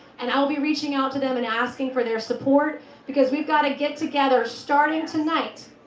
and i'll be reaching out to them and asking for their support because we got to get together. starting tonight,